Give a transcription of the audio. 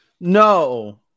No